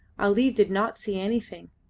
ali did not see anything,